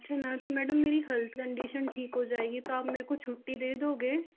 अच्छा nurse madam मेरी health condition ठीक हो जाएगी तो आप मेरे को छुट्टी दे दोगे